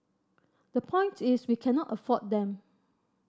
the point is we cannot afford them